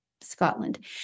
Scotland